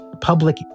public